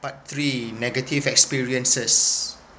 part three negative experiences